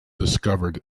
discovered